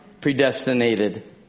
predestinated